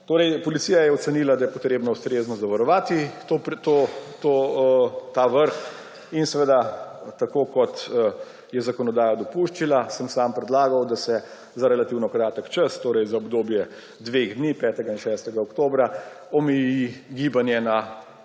zbora. Policija je torej ocenila, da je potrebno ustrezno zavarovati ta vrh in tako, kot je zakonodaja dopuščal, sem sam predlagal, da se za relativno kratek čas, torej za obdobje dveh dni, 5. in 6. oktobra, omeji gibanje na